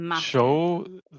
show